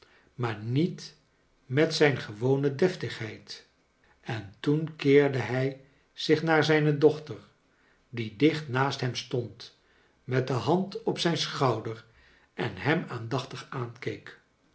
maar niet met zijn gewone deftigheid en toen keerde hij zich naar zijne dochter die dicht naast hem stond met de hand op zijn schouder en hem aandachtig aankeek